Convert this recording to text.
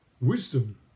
Wisdom